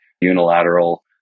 unilateral